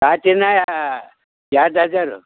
ಯಾ ಚಿನ್ನ ಯಾವ್ದಾದರೂ